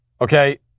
okay